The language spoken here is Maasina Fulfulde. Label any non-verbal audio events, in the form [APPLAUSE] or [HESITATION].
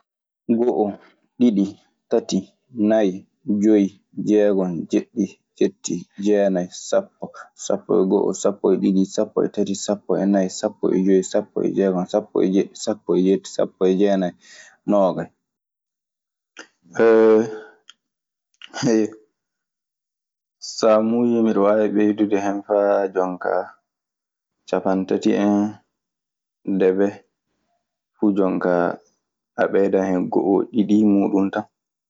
Go'o, diɗɗi, tati, nayi, joyi, jeegon, jeɗɗi, jetti, jeenaye, sapo, sapo e go'o, sapo e diɗɗi, sapo e tati, sapo e nayi, sapo e joyi, sapo e jeegon, sapo e jeɗɗi, sapo e jetti, sapo e jeenayen, nogayi. [HESITATION] sa muuyi mbeɗe waawi ɓeydude hen faa jooni ka cappanɗe tati en, debe. A ɓeydan en go'o, ɗiɗi muɗum tan.